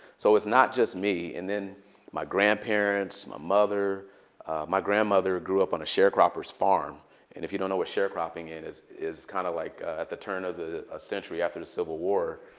so it's not just me. and then my grandparents, my mother my grandmother grew up on a sharecropper's farm. and if you don't know what sharecropping is, it's kind of like at the turn of the century after the civil war,